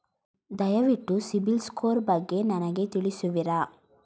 ದಯವಿಟ್ಟು CIBIL score ಬಗ್ಗೆ ನನಗೆ ತಿಳಿಸುವಿರಾ?